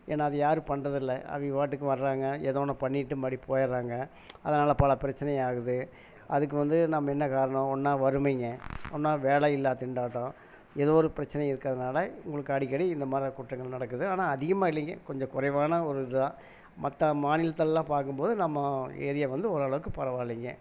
ஏன்னா அது யாரும் பண்ணுறதில்ல அவங்க பாட்டுக்கு வர்றாங்க ஏதோ ஒன்று பண்ணிட்டு மறுபடி போய்டுறாங்க அதனால் பல பிரச்சனை ஆகுது அதுக்கு வந்து நம்ம என்ன காரணம் ஒன்று வறுமைங்க ஒன்று வேலை இல்லாத திண்டாட்டம் ஏதோ ஒரு பிரச்சனை இருக்கிறதுனால உங்களுக்கு அடிக்கடி இந்த மாரியான குற்றங்கள் நடக்குது ஆனால் அதிகமாக இல்லைங்க கொஞ்சம் குறைவான ஒரு இதாக மற்ற மாநிலத்தைலாம் பார்க்கும்போது நம்ம ஏரியா வந்து ஓரளவுக்கு பரவாயில்லிங்க